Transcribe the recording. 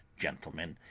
gentlemen,